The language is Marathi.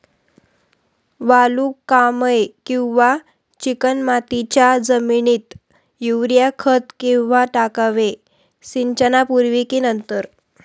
वालुकामय किंवा चिकणमातीच्या जमिनीत युरिया खत केव्हा टाकावे, सिंचनापूर्वी की नंतर?